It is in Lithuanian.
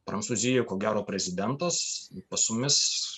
prancūzijoj ko gero prezidentas pas mumis